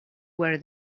where